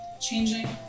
changing